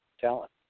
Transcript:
talent